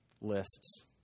lists